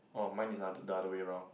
orh mine is the other way round